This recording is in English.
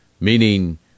meaning